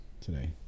today